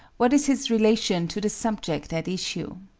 what is his relation to the subject at issue?